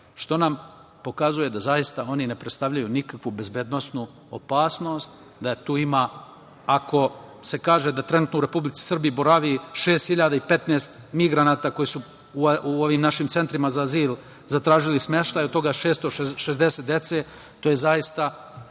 što nam pokazuje da zaista oni ne predstavljaju nikakvu bezbednosnu opasnost da je tu ima, ako se kaže da trenutno u Republici Srbiji boravi 6.015 migranata koji su u ovim našim centrima za azil zatražili smeštaj, od toga 660 dece, to je zaista